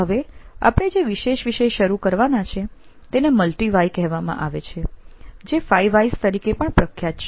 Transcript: હવે આપણે જે વિશેષ વિષય શરૂ કરવાના છે તેને મલ્ટી વ્હાય કહેવામાં આવે છે જે 5 વ્હાયસ તરીકે પણ પ્રખ્યાત છે